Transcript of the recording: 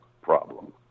problem